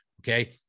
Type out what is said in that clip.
Okay